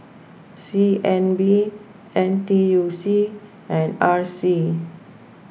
C N B N T U C and R C